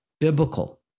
biblical